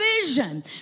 vision